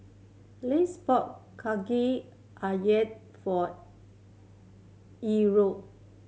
Lise bought Kaki Ayam for